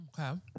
Okay